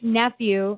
nephew